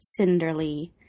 Cinderly